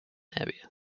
area